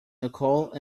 nicole